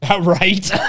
Right